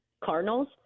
Cardinals